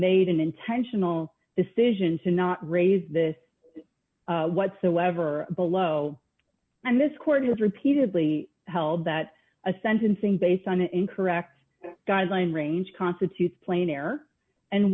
made an intentional decision to not raise this whatsoever below and this court has repeatedly held that a sentencing based on incorrect guideline range constitutes plain air and